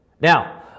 Now